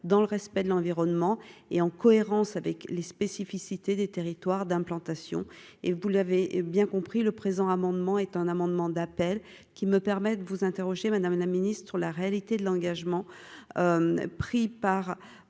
dans le respect de l'environnement et en cohérence avec les spécificités des territoires d'implantation et vous l'avez bien compris le présent amendement est un amendement d'appel qui me permet de vous interroger, Madame la Ministre, la réalité de l'engagement pris par